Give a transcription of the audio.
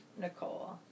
nicole